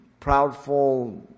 proudful